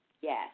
Yes